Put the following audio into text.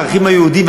הערכים היהודיים,